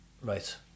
Right